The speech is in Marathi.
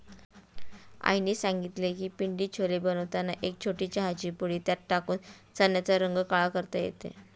आईने सांगितले की पिंडी छोले बनवताना एक छोटी चहाची पुडी त्यात टाकून चण्याचा रंग काळा करता येतो